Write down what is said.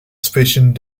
zwischen